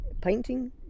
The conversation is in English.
painting